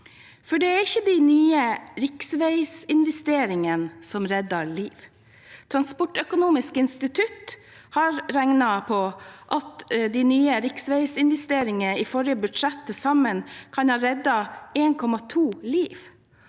Det er ikke de nye riksveiinvesteringene som redder liv. Transportøkonomisk institutt har regnet ut at de nye riksveiinvesteringene i forrige statsbudsjett til sammen kan ha reddet 1,2 liv.